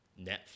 Netflix